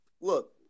Look